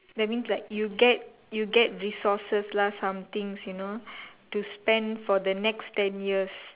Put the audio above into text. that means like you get you get resources lah some things you know to spend for the next ten years